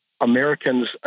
Americans